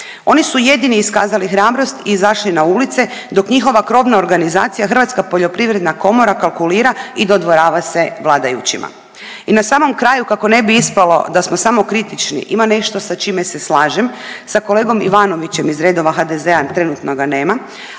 Oni su jedini iskazali hrabrost i izašli na ulice dok njihova krovna organizacija Hrvatska poljoprivredna komora kalkulira i dodvorava se vladajućima. I na samom kraju kako ne bi ispalo da smo samo kritički ima nešto sa čime se slažem, sa kolegom Ivanovićem iz redova HDZ-a, trenutno ga nema,